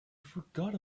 forgot